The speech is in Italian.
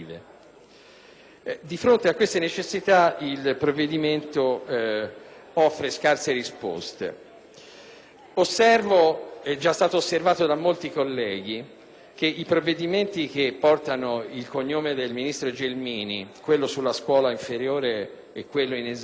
Di fronte a queste necessità, il provvedimento offre scarse risposte. È già stato osservato da molti colleghi che i provvedimenti che portano il cognome del ministro Gelmini, sulla scuola inferiore e quello in esame,